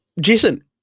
Jason